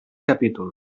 capítol